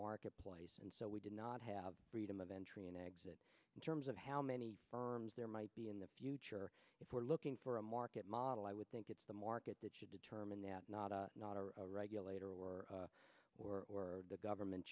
marketplace and so we did not have freedom of entry and exit in terms of how many firms there might be in the future if we're looking for a market model i would think it's the market that should determine that not a not a regulator or for the government